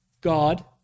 God